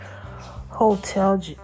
Hotel